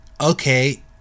okay